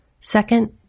Second